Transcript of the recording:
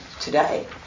today